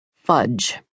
Fudge